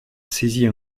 saisit